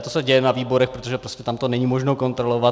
To se děje na výborech, protože prostě tam to není možno kontrolovat.